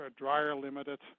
dryer-limited